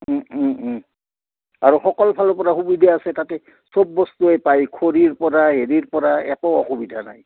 আৰু সকল ফালৰ পৰা সুবিধা আছে তাতে চব বস্তুৱে পায় খৰিৰ পৰা হেৰিৰ পৰা একো অসুবিধা নাই